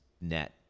Net